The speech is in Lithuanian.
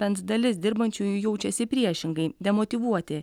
bent dalis dirbančiųjų jaučiasi priešingai demotyvuoti